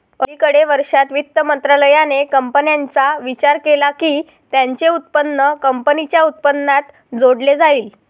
अलिकडे वर्षांत, वित्त मंत्रालयाने कंपन्यांचा विचार केला की त्यांचे उत्पन्न कंपनीच्या उत्पन्नात जोडले जाईल